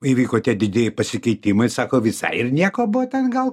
įvyko tie didieji pasikeitimai sako visai ir nieko buvo ten gal